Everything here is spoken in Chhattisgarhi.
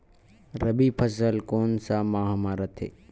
रबी फसल कोन सा माह म रथे?